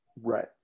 Right